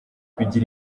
bigira